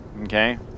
okay